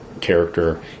character